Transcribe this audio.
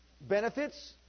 benefits